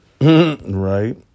Right